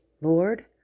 Lord